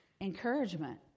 encouragement